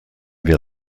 wir